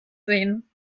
sehen